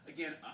Again